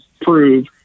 prove